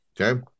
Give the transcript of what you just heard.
Okay